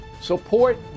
support